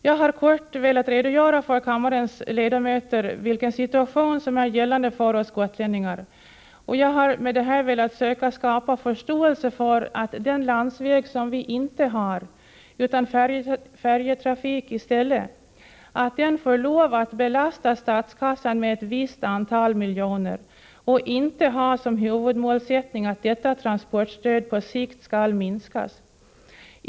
Jag har kort velat redogöra för kammarens ledamöter vilken situation som är gällande för oss gotlänningar, och jag vill med detta söka skapa förståelse för att den landsväg vi inte har — vi har alltså färjetrafik i stället — måste få lov att-.belasta statskassan med ett visst antal miljoner och att man inte kan ha som huvudmålsättning att detta transportstöd skall minskas.